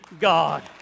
God